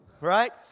right